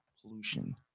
pollution